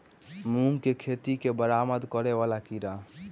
मूंग की खेती केँ बरबाद करे वला कीड़ा?